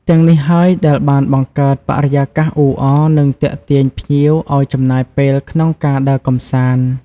ទាំងនេះហើយ ដែលបានបង្កើតបរិយាកាសអ៊ូអរ និងទាក់ទាញភ្ញៀវឱ្យចំណាយពេលក្នុងការដើរកម្សាន្ត។